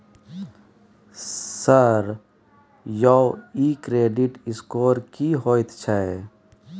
Sir यौ इ credit score की होयत छै?